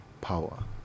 power